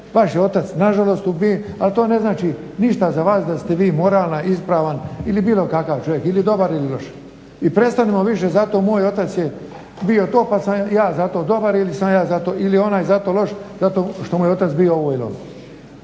vaš je otac nažalost ubijen ali to ne znači ništa za vas da ste vi moralno ispravan ili bilo kakav čovjek ili dobar ili loš. I prestanimo više zato moj otac je bio to pa sam ja zato dobar ili je onaj zato loš zato što mu je otac bio ovo ili ono.